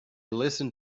listened